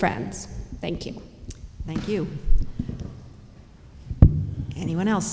friends thank you thank you anyone else